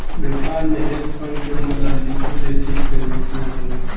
व्यापार में hedge fund के मदद लिक्विड एसिड के रूप होला